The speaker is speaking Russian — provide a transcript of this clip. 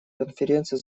конференции